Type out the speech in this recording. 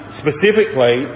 specifically